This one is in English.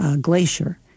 glacier